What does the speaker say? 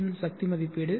யின் சக்தி மதிப்பீடு